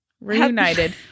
Reunited